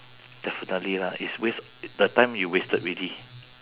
definitely lah it's waste the time you wasted already